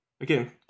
again